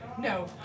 No